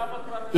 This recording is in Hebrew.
תעבור כבר,